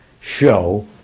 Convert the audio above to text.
show